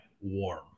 warm